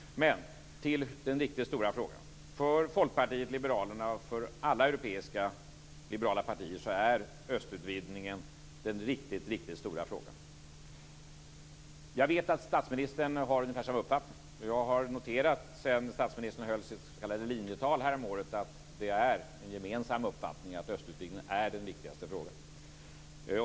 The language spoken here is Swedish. Så till den stora frågan. För Folkpartiet liberalerna och för alla europeiska liberala partier är östutvidgningen den riktigt stora frågan. Jag vet att statsministern har ungefär samma uppfattning. Efter att statsministern höll sitt s.k. linjetal häromåret har jag noterat att det är en gemensam uppfattning, att östutvidgningen är den viktigaste frågan.